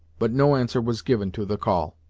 but no answer was given to the call.